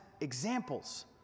examples